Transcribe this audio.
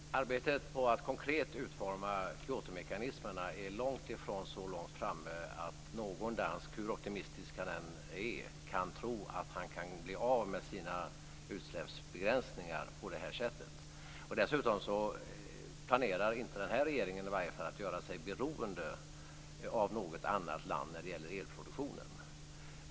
Fru talman! Arbetet på att konkret utforma Kyotomekanismerna är långt ifrån så långt framme att någon dansk - hur optimistisk han än är - kan tro att han kan bli av med sina utsläppsbegränsningar på det sättet. Denna regeringen planerar inte att göra sig beroende av något annat land när det gäller elproduktionen.